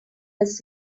his